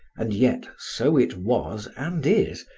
and yet so it was and is,